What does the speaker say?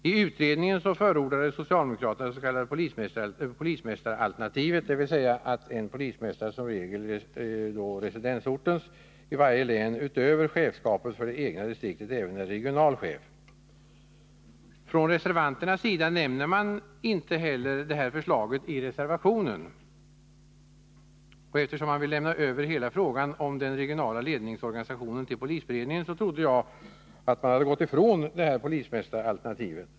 I 15 utredningen förordade socialdemokraterna det s.k. polismästaralternativet, dvs. att en polismästare — som regel residensortens — i varje län utöver chefskapet för det egna distriktet även skall vara regional chef. Reservanterna nämner inte det här förslaget i reservationen, och eftersom socialdemokraterna vill lämna över hela frågan om den regionala ledningsorganisationen till polisberedningen trodde jag att de hade gått ifrån polismästaralternativet.